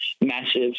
massive